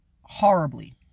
Horribly